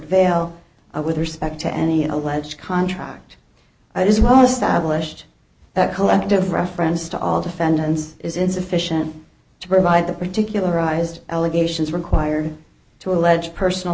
veil with respect to any alleged contract it is well established that collective reference to all defendants is insufficient to provide the particularized allegations required to allege personal